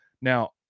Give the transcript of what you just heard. Now